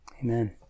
Amen